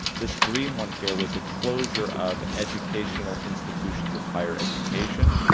this green one here was the closure of educational institutions of higher education.